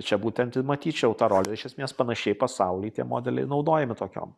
čia būtent ir matyčiau ta rolė iš esmės panašiai pasauly tie modeliai naudojami tokiom